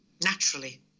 Naturally